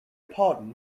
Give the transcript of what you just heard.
pardon